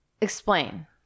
Explain